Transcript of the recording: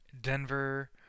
Denver